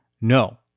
No